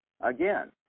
Again